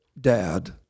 dad